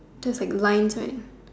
just like vines right